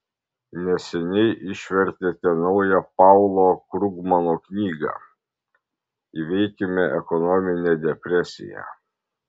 neseniai išvertėte naują paulo krugmano knygą įveikime ekonominę depresiją